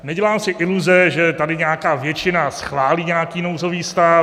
Nedělám si iluze, že tady nějaká většina schválí nějaký nouzový stav.